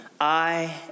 I